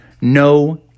No